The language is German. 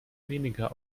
weniger